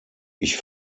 ich